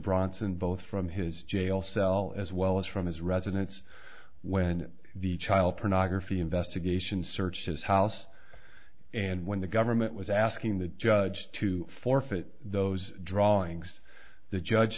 bronson both from his jail cell as well as from his residence when the child pornography investigation searched his house and when the government was asking the judge to forfeit those drawings the judge